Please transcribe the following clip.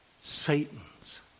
Satan's